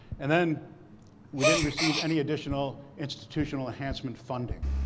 and then we didn't receive any additional institutional enhancement funding.